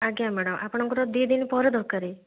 ଆଜ୍ଞା ମ୍ୟାଡ଼ାମ୍ ଆପଣଙ୍କର ଦୁଇଦିନ ପରେ ଦରକାର